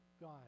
God